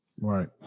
Right